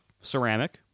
ceramic